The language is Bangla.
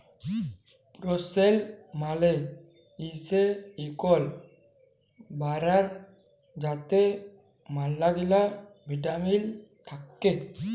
প্রুলেস মালে হইসে শুকল বরাই যাতে ম্যালাগিলা ভিটামিল থাক্যে